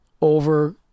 over